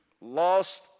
lost